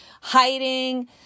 hiding